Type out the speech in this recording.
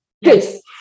Yes